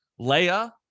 Leia